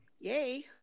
Yay